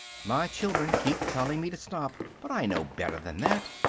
my children keep telling me to stop, but i know better than that.